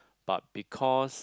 but because